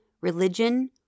religion